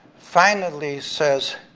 finally says